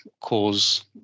cause